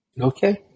Okay